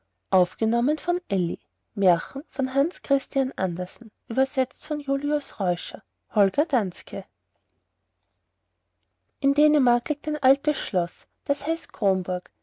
holger danske in dänemark liegt ein altes schloß das heißt